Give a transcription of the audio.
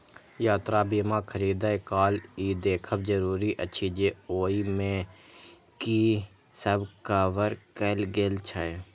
यात्रा बीमा खरीदै काल ई देखब जरूरी अछि जे ओइ मे की सब कवर कैल गेल छै